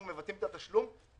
אנחנו מבצעים תשלום.